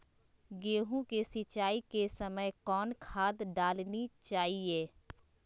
गेंहू के सिंचाई के समय कौन खाद डालनी चाइये?